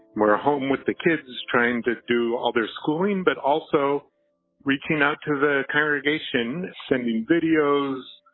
we're home with the kids, trained to do all their schooling, but also reaching out to the congregation, sending videos,